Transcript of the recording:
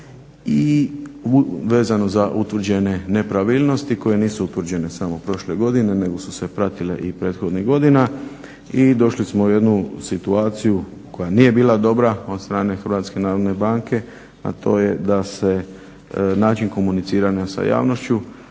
i vezano za utvrđene nepravilnosti koje nisu utvrđene samo prošle godine, nego su se pratile i prethodnih godina. I došli smo u jednu situaciju koja nije bila dobra od strane HNB, a to je da se način komuniciranja sa javnošću